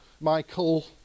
Michael